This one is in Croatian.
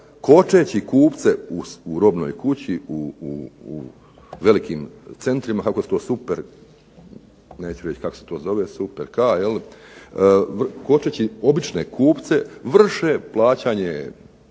kočeći kupce u robnoj kući, u velikim centrima …/Govornik se ne razumije./… neću reći kako se to zove super k, kočeći obične kupce vrše plaćanje